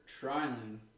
trialing